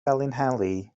felinheli